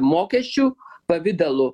mokesčių pavidalu